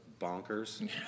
bonkers